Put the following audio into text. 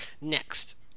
Next